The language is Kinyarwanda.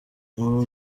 ubu